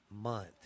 month